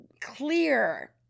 clear